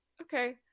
okay